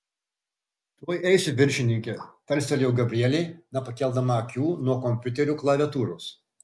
tuoj eisiu viršininke tarstelėjo gabrielė nepakeldama akių nuo kompiuterio klaviatūros